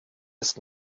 ist